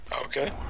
Okay